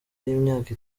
y’imyaka